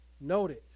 noted